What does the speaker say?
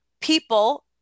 people